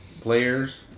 players